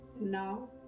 Now